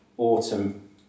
autumn